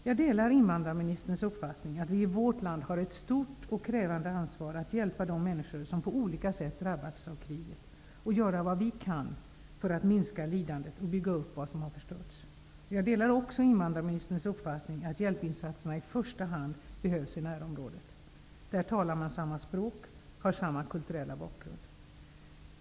Jag delar invandrarministerns uppfattning att vi i vårt land har ett stort och krävande ansvar att hjälpa de människor som på olika sätt drabbats av kriget och göra vad vi kan för att minska lidandet och bygga upp vad som har förstörts. Jag delar också invandrarministerns uppfattning att hjälpinsatserna i första hand behövs i närområdet. Där talar man samma språk och har samma kulturella bakgrund.